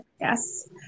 Yes